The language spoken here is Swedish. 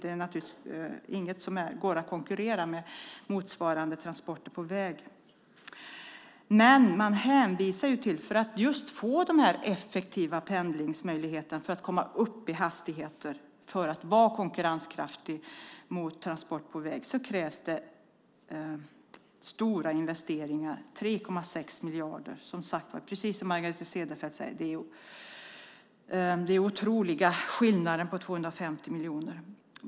Det är naturligtvis inget som går att konkurrera med när det gäller motsvarande transporter på väg. Men för att få de effektiva pendlingsmöjligheterna och för att komma upp i hastigheter och vara konkurrenskraftig gentemot transport på väg krävs stora investeringar - 3,6 miljarder. Precis som Margareta Cederfelt säger är det en otrolig skillnad mot 250 miljoner.